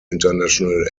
international